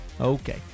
Okay